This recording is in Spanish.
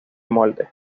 moldes